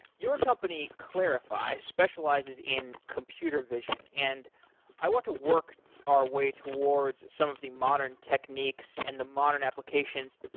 your company clarifai specializes in computer vision and i want to work our way towards some of the modern techniques and the modern applications,